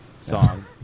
song